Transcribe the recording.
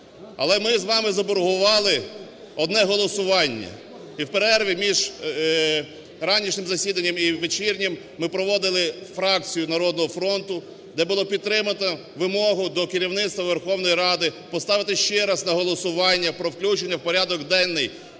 Але ми з вами заборгували одне голосування, і в перерві між вранішнім засіданням і вечірнім ми проводили фракцію "Народного фронту", де було підтримано вимогу до керівництва Верховної Ради поставити ще раз на голосування про включення у порядок денний